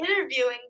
interviewing